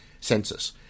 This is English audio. census